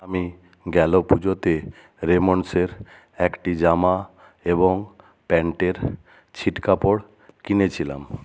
আমি গেলো পুজোতে রেমন্ডসের একটি জামা এবং প্যান্টের ছিট কাপড় কিনেছিলাম